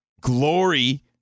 glory